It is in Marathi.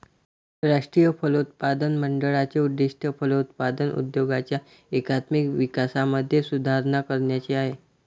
राष्ट्रीय फलोत्पादन मंडळाचे उद्दिष्ट फलोत्पादन उद्योगाच्या एकात्मिक विकासामध्ये सुधारणा करण्याचे आहे